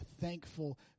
thankful